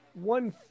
one